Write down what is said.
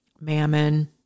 Mammon